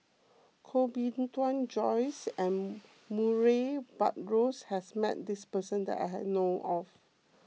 Koh Bee Tuan Joyce and Murray Buttrose has met this person that I know of